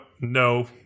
no